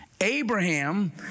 Abraham